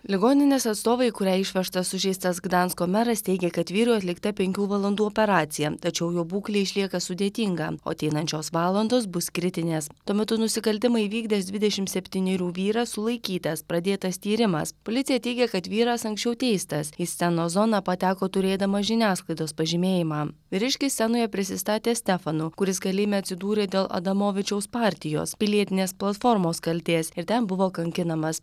ligoninės atstovai į kurią išvežtas sužeistas gdansko meras teigė kad vyrui atlikta penkių valandų operacija tačiau jo būklė išlieka sudėtinga o ateinančios valandos bus kritinės tuo metu nusikaltimą įvykdęs dvidešimt septynerių vyras sulaikytas pradėtas tyrimas policija teigia kad vyras anksčiau teistas į scenos zoną pateko turėdamas žiniasklaidos pažymėjimą vyriškis scenoje prisistatė stefanu kuris kalėjime atsidūrė dėl adamovičiaus partijos pilietinės platformos kaltės ir ten buvo kankinamas